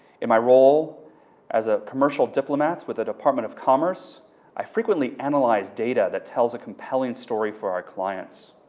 in my role as a commercial diplomat with the department of commerce i frequent look analyze data that tells a compelling story for our clients